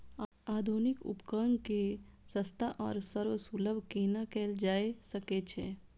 आधुनिक उपकण के सस्ता आर सर्वसुलभ केना कैयल जाए सकेछ?